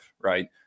right